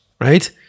right